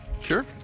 Sure